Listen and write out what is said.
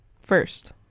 first